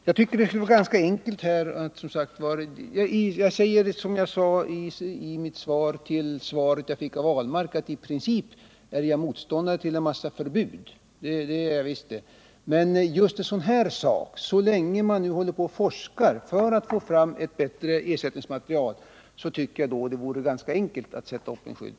Jag säger som jag sade i min replik på det svar jag fick av Per Ahlmark, att i princip är jag motståndare till en massa förbud, men så länge man håller på att forska för att få fram ett bättre ersättningsmaterial vore det ganska enkelt att sätta upp en skylt.